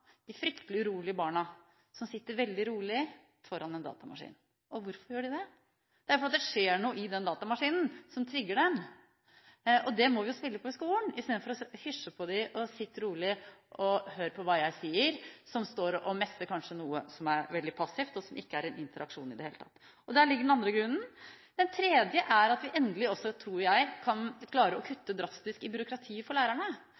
de fryktelig urolige barna, som så sitter veldig rolig foran en datamaskin. Hvorfor gjør de det? Det er fordi det skjer noe i den datamaskinen som trigger dem. Det må vi jo spille på i skolen i stedet for å hysje på dem og si at de må sitte rolig og høre på læreren som står og messer kanskje noe som er veldig passivt, og som ikke er en interaksjon i det hele tatt. Der ligger den andre grunnen. Den tredje grunnen er at vi endelig også, tror jeg, kan klare å kutte drastisk i byråkratiet for lærerne.